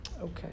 Okay